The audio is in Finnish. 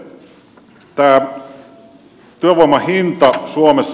sitten tämä työvoiman hinta suomessa